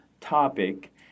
topic